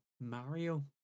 Mario